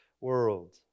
world